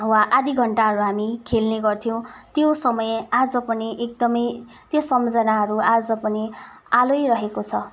वा आधी घन्टाहरू हामी खेल्ने गर्थ्यौँ त्यो समय आज पनि एकदमै त्यो सम्झनाहरू आज पनि आलै रहेको छ